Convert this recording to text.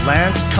Lance